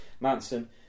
Manson